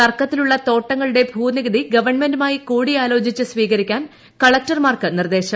തർക്കത്തിലുളള തോട്ടങ്ങളുടെ ഭൂനികുതി ഗവൺമെന്റുമായി കൂടിയാലോചിച്ച് സ്വീകരിക്കാൻ കളക്ടർമാർക്ക് നിർദ്ദേശം